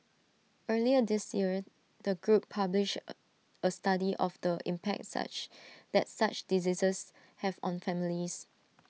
earlier this year the group published A study of the impact such that such diseases have on families